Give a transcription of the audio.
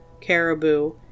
caribou